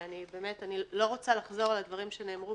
ובאמת אני לא רוצה לחזור על הדברים שנאמרו